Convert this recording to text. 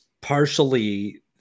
partially